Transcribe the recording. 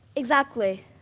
exactly.